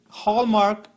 hallmark